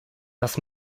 das